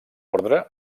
ordre